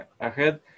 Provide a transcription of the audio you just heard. ahead